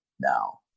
Now